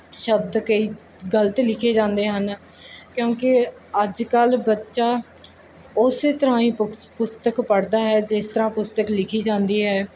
ਸ਼ਬਦ ਕਈ ਗਲਤ ਲਿਖੇ ਜਾਂਦੇ ਹਨ ਕਿਉਂਕਿ ਅੱਜ ਕੱਲ ਬੱਚਾ ਉਸੇ ਤਰ੍ਹਾਂ ਹੀ ਬੁੱਕਸ ਪੁਸਤਕ ਪੜਦਾ ਹੈ ਜਿਸ ਤਰ੍ਹਾਂ ਪੁਸਤਕ ਲਿਖੀ ਜਾਂਦੀ ਹੈ